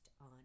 on